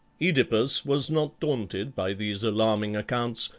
oedipus was not daunted by these alarming accounts,